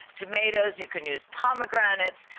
tomatoes, you can use pomegranates,